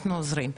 אנחנו עוזרים.